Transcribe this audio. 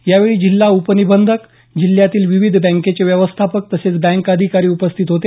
यावेळी जिल्हा उपनिबंधक जिल्हातील विविध बँकेचे व्यवस्थापक तसेच बँक अधिकारी उपस्थित होते